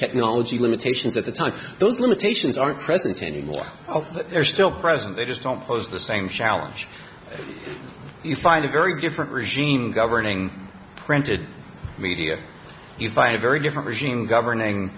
technology limitations at the time those limitations are present in the more they're still present they just don't pose the same challenge you find a very different regime governing printed media you find a very different regime governing